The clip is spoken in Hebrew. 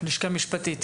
לשכה משפטית?